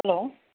hello